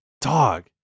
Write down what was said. Dog